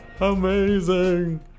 Amazing